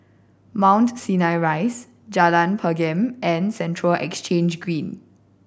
Mount Sinai Rise Jalan Pergam and Central Exchange Green